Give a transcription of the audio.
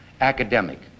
academic